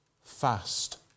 fast